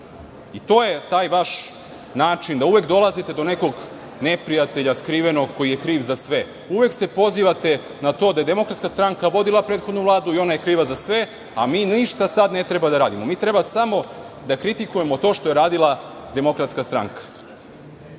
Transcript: i to je taj vaš način da uvek dolazite do nekog neprijatelja skrivenog koji je kriv za sve. Uvek se pozivate na da je DS vodila prethodnu Vladu i da je ona kriva za sve, a mi ništa sada ne treba da radimo, mi treba samo da kritikujemo to što je radila DS.Mislim da